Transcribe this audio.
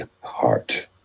heart